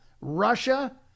Russia